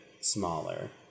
smaller